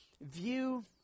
view